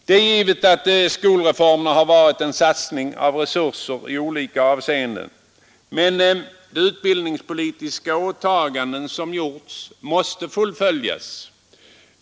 Det är givet att skolreformerna har varit en satsning av resurser i olika avseenden, men de utbildningspolitiska åtaganden som gjorts måste fullföljas.